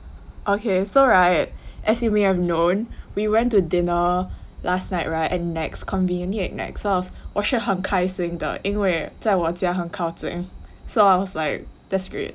okay so [right] as you may have known we went to dinner last night [right] and NEX conveniently at NEX 我是很开心的因为在我家很靠近 so I was like that great